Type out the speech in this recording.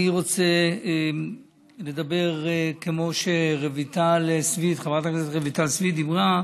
אני רוצה לדבר כמו שחברת הכנסת רויטל סויד דיברה,